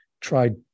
tried